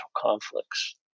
conflicts